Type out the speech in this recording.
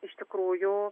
iš tikrųjų